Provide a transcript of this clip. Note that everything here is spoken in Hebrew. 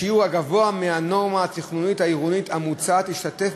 בשיעור הגבוה מהנורמה התכנונית העירונית המוצעת ישתתף